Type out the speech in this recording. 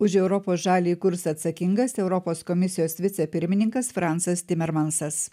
už europos žaliąjį kursą atsakingas europos komisijos vicepirmininkas francas timermansas